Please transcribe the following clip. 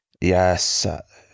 yes